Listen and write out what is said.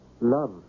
love